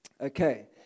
Okay